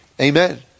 Amen